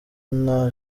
nta